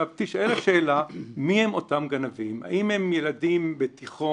אני חושב שעיון בסעיף עצמו על היבטיו השונים